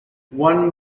one